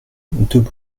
deux